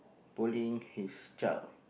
pulling his child